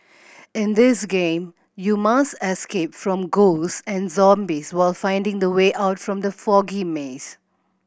in this game you must escape from ghosts and zombies while finding the way out from the foggy maze